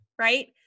right